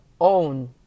own